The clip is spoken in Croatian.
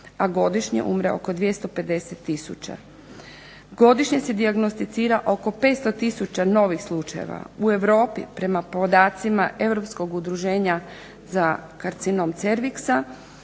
a godišnje umre oko 250 tisuća. Godišnje se dijagnosticira oko 500 tisuća novih slučajeva. U Europi, prema podacima Europskog udruženja za karcinom cerviksa,